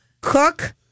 cook